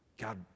God